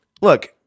look